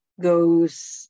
goes